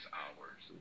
hours